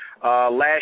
Last